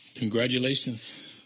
Congratulations